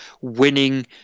winning